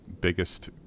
biggest